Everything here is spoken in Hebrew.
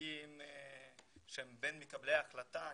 נציגים שהם בין מקבלי ההחלטות.